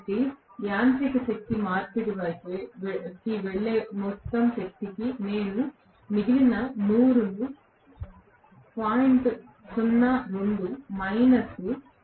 కాబట్టి యాంత్రిక శక్తి మార్పిడి వైపు వెళ్ళే మొత్తం శక్తిగా నేను మిగిలిన 100 ను 0